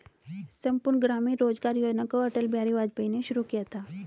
संपूर्ण ग्रामीण रोजगार योजना को अटल बिहारी वाजपेयी ने शुरू किया था